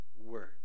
Word